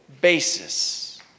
basis